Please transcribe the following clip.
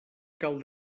cal